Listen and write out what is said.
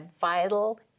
vital